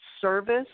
service